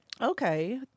Okay